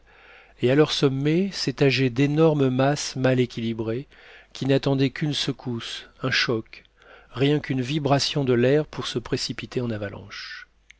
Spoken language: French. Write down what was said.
et à leur sommet s'étageaient d'énormes masses mal équilibrées qui n'attendaient qu'une secousse un choc rien qu'une vibration de l'air pour se précipiter en avalanches